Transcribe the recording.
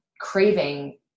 craving